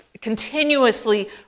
continuously